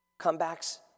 comebacks